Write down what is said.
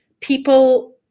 people